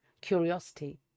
Curiosity